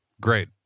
Great